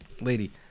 lady